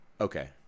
Okay